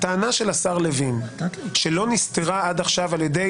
הטענה של השר לוין שלא נסתרה עד עכשיו על ידי